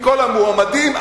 מכל המועמדים,